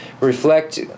reflect